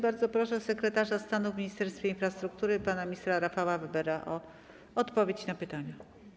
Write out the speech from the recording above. Bardzo proszę sekretarza stanu w Ministerstwie Infrastruktury pana ministra Rafała Webera o odpowiedź na pytania.